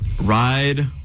Ride